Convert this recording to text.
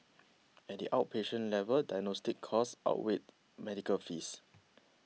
at the outpatient level diagnostic costs outweighed medical fees